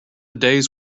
days